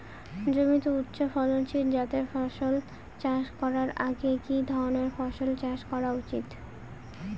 জমিতে উচ্চফলনশীল জাতের ফসল চাষ করার আগে কি ধরণের ফসল চাষ করা উচিৎ?